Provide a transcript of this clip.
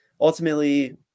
ultimately